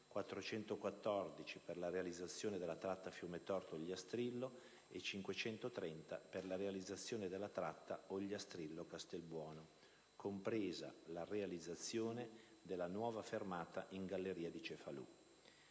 per la realizzazione della tratta Fiumetorto-Ogliastrillo; 530 milioni per la realizzazione della tratta Ogliastrillo-Castelbuono, compresa la realizzazione della nuova fermata in galleria di Cefalù.